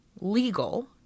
legal